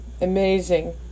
Amazing